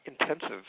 intensive